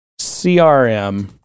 CRM